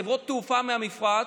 חברות תעופה מהמפרץ,